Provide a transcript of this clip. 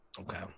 Okay